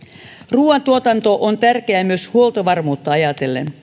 ruoantuotanto on tärkeää myös huoltovarmuutta ajatellen